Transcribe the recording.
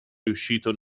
riuscito